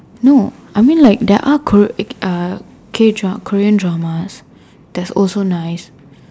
no I mean like there are kor~ uh k dra~ Korean dramas that's also nice